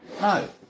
No